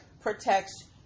protects